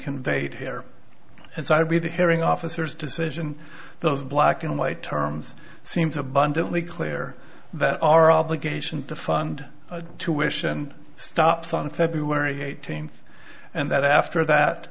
conveyed here and so i read the hearing officers decision those black and white terms seems abundantly clear that our obligation to fund to ishan stops on february eighteenth and that after that